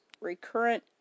recurrent